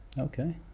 Okay